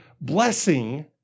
blessing